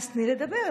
תני לדבר.